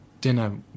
dinner